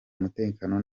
umutekano